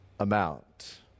Amount